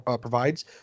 provides